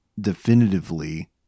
definitively